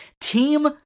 Team